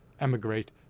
emigrate